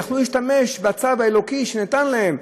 יכלו להשתמש בצו האלוקי שניתן להם,